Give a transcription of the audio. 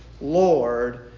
Lord